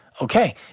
Okay